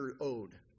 owed